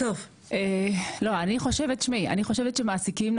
אני חושבת שמעסיקים,